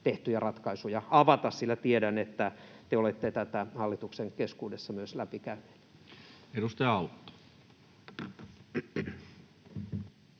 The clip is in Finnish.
tehtyjä ratkaisuja avata, sillä tiedän, että te olette tätä hallituksen keskuudessa myös läpikäyneet. [Speech 60]